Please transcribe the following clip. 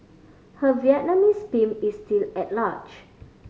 her Vietnamese pimp is still at large